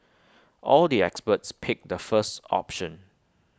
all the experts picked the first option